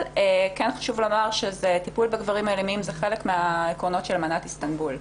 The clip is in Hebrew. חשוב לומר שטיפול בגברים אלימים זה חלק מעקרונות של אמנת איסטנבול.